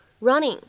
running